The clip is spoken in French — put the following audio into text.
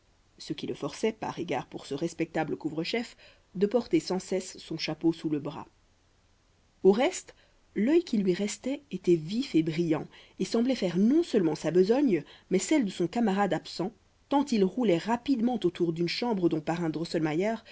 ce qui le forçait par égard pour ce respectable couvre chef de porter sans cesse son chapeau sous le bras au reste l'œil qui lui restait était vif et brillant et semblait faire non seulement sa besogne mais celle de son camarade absent tant il roulait rapidement autour d'une chambre dont parrain drosselmayer